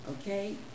okay